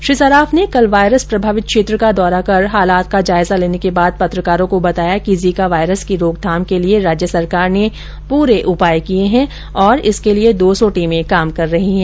श्री सराफ ने कल वायरस प्रभावित क्षेत्र का दौरा कर हालात का जायजा लेने के बाद पत्रकारों को बताया कि जीका वायरस की रोकथाम के लिए राज्य सरकार ने पूरे उपाय किए हैं और इसके लिए दो सौ टीमें काम कर रही हैं